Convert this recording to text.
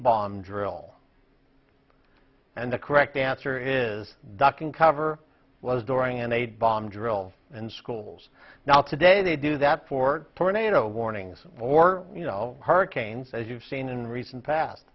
bomb drill and the correct answer is duck and cover was during an aid bomb drills and schools now today they do that for tornado warnings or you know hurricanes as you've seen in recent past